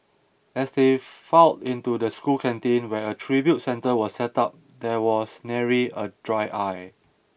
as they filed into the school canteen where a tribute centre was set up there was nary a dry eye